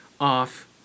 off